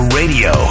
radio